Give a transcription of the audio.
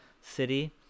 city